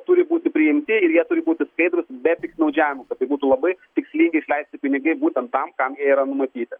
turi būti priimti ir jie turi būti skaidrūs be piktnaudžiavimo kad tai būtų labai tikslingai išleisti pinigai būtent tam kam jie yra numatyti